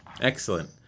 Excellent